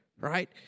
right